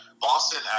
Boston